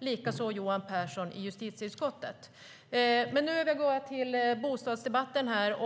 Det gäller även Johan Pehrson i justitieutskottet. Nu övergår jag till bostadsdebatten, där